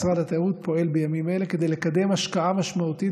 משרד התיירות פועל בימים אלה כדי לקדם השקעה משמעותית